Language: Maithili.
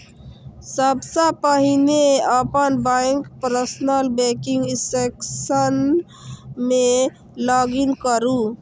सबसं पहिने अपन बैंकक पर्सनल बैंकिंग सेक्शन मे लॉग इन करू